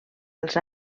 els